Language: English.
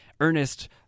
Ernest